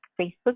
Facebook